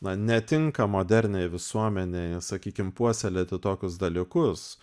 na netinka moderniai visuomenei sakykim puoselėti tokius dalykus